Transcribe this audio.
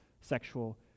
sexual